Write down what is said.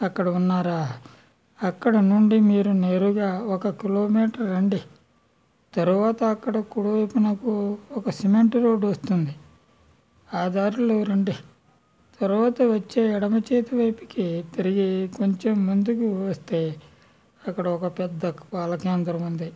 అక్కడ ఉన్నారా అక్కడ నుండి మీరు నేరుగా ఒక కిలోమీటర్ రండి తరువాత అక్కడ కుడివైపునకు ఒక సిమెంటు రోడ్డు వస్తుంది ఆ దారిలో రండి తర్వాత వచ్చే ఎడమ చేతి వైపుకి తిరిగి కొంచెం ముందుకు వస్తే అక్కడ ఒక పెద్ద పాల కేంద్రం ఉంది